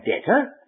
debtor